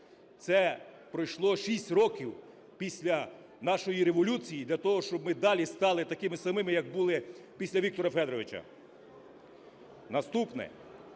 Це пройшло 6 років після нашої революції для того, щоб ми далі стали такими самими, як були після Віктора Федоровича. Наступне.